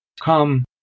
come